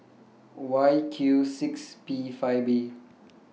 Y Q six P five B